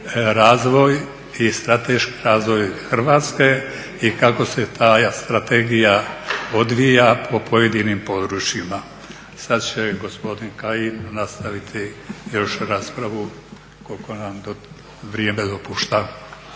razvoj, strateški razvoj Hrvatske i kako se ta strategija odvija po pojedinim područjima. Sad će gospodin Kajin nastaviti još raspravu koliko nam vrijeme dopušta.